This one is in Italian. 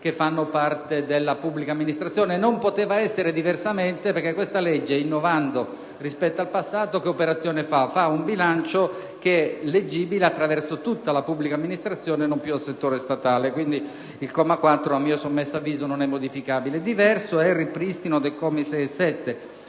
Non poteva essere diversamente perché questa legge, innovando rispetto al passato, fa un bilancio che è leggibile attraverso tutta la pubblica amministrazione, non più solo al settore statale. Il comma 4, a mio sommesso avviso, non è modificabile. Diverso è il ripristino dei commi 6 e 7